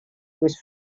was